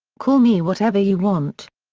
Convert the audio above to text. call me whatever you want.